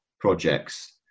projects